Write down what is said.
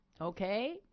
Okay